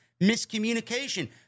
Miscommunication